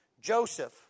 Joseph